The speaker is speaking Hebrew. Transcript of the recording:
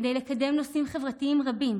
כדי לקדם נושאים חברתיים רבים.